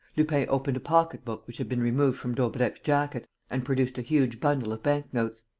lupin opened a pocketbook which had been removed from daubrecq's jacket and produced a huge bundle of bank-notes.